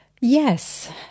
Yes